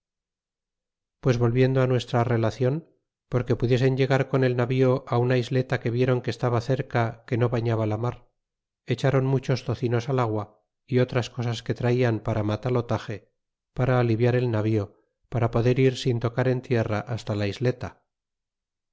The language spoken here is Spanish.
pues volviendo nuestra relacion porque pudiesen llegar con el navío una isleta que vieron que estaba cerca que no bañaba la mar echron muchos tocinos al agua y otras cosas que traian para matalotaje para aliviar el navío para poder ir sin tocar en tierra hasta la isleta